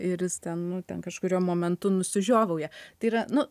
ir jis ten nu ten kažkuriuo momentu nusižiovauja tai yra nu